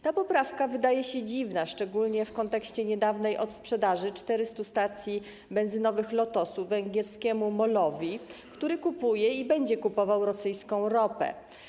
Ta poprawka wydaje się dziwna, szczególnie w kontekście niedawnej odsprzedaży 400 stacji benzynowych Lotosu węgierskiemu MOL-owi, który kupuje i będzie kupował rosyjską ropę.